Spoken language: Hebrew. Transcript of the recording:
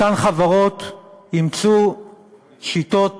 אותן חברות אימצו שיטות